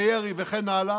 בירי וכן הלאה,